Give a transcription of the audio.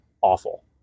awful